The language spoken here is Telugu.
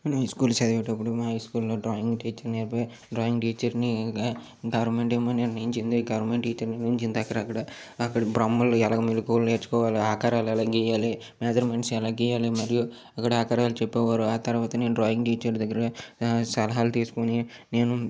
నేను హై స్కూల్ చదివేటప్పుడు మా హై స్కూల్లో డ్రాయింగ్ టీచర్ నేర్పే డ్రాయింగ్ టీచర్ని గవర్నమెంటే నిర్ణయించింది గవర్నమెంట్ టీచర్ని నియమించింది అక్కడక్కడ అక్కడ బ్రమ్మములు ఎలా మెళకువలు నేర్చుకోవాలి ఆకారాలు ఎలా గీయాలి మేజర్మెంట్స్ ఎలా గీయాలి మరియు అక్కడ ఆకారాలు చెప్పేవారు ఆ తర్వాత నేను డ్రాయింగ్ టీచర్ దగ్గర సలహాలు తీసుకొని నేను